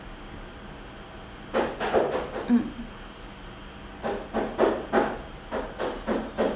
mm